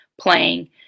playing